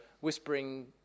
whispering